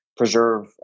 preserve